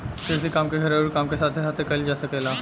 कृषि काम के घरेलू काम के साथे साथे कईल जा सकेला